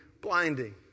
blinding